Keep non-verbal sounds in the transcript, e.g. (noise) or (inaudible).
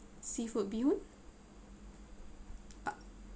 seafood bee hoon (noise)